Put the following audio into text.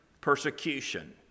persecution